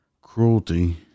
cruelty